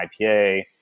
IPA